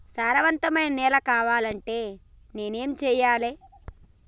సారవంతమైన నేల కావాలంటే నేను ఏం చెయ్యాలే?